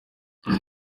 ati